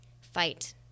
fight